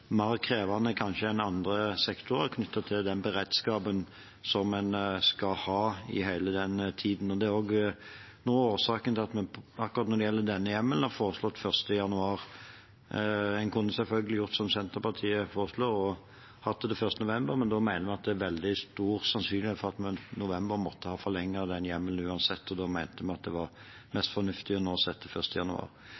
kanskje mer krevende enn for andre sektorer, knyttet til den beredskapen en skal ha i hele den tiden. Det er også noe av årsaken til at vi akkurat når det gjelder denne hjemmelen, har foreslått 1. januar. En kunne selvfølgelig gjort som Senterpartiet foreslår og hatt det til 1. november, men da mener vi det er veldig stor sannsynlighet for at vi i november måtte ha forlenget den hjemmelen uansett, og da mente vi det var